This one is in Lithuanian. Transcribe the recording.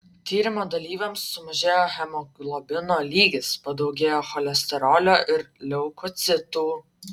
tyrimo dalyviams sumažėjo hemoglobino lygis padaugėjo cholesterolio ir leukocitų